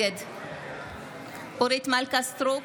נגד אורית מלכה סטרוק,